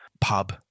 pub